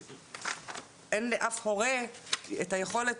אין לאף הורה את היכולת